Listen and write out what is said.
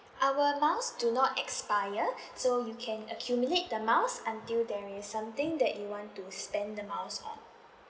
our miles do not expired so you can accumulate the miles until there is something that you want to spend the miles on